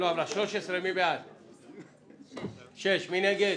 הצבעה בעד, 6 נגד,